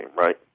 right